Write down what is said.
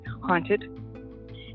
haunted